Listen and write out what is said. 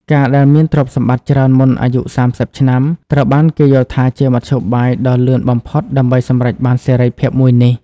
ការដែលមានទ្រព្យសម្បត្តិច្រើនមុនអាយុ ៣០ ឆ្នាំ ត្រូវបានគេយល់ថាជាមធ្យោបាយដ៏លឿនបំផុតដើម្បីសម្រេចបានសេរីភាពមួយនេះ។